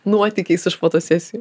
nuotykiais iš fotosesijų